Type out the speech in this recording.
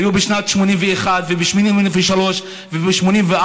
היו בשנת 1981 וב-1983 וב-1984,